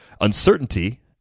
uncertainty